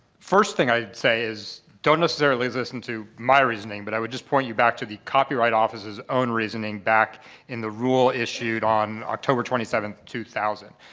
first thing i'd say is don't necessarily listen to my reasoning. but i would just point you back to the copyright office's own reasoning back in the rule issued on october twenty seventh, two thousand.